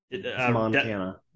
Montana